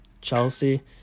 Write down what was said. Chelsea